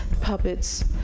Puppets